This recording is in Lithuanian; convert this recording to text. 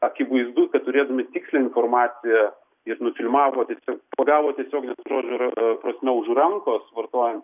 akivaizdu kad turėdami tikslią informaciją ir nufilmavo tiesiog pagavo tiesiogine žodžio prasme už rankos vartojant